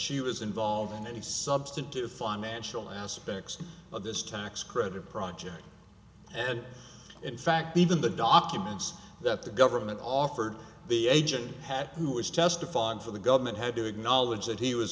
she was involved in any substantive financial aspects of this tax credit project and in fact even the documents that the government offered the agent had who is testifying for the government had to acknowledge that he was